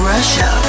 Russia